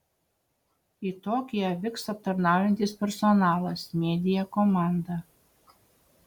į tokiją vyks aptarnaujantis personalas media komanda